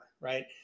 right